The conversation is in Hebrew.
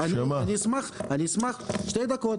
אשמח שתי דקות.